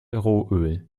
rohöl